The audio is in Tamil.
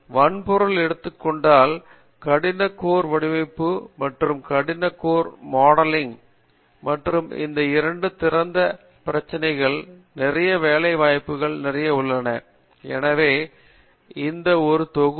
வன்பொருள் எடுத்துக்கொண்டால் கடின கோர் வடிவமைப்பு மற்றும் கடின கோர் மாடலிங் மற்றும் இந்த இரண்டு திறந்த பிரச்சினைகள் நிறைய வேலை வாய்ப்புகள் நிறைய உள்ளன எனவே இந்த ஒரு தொகுப்பு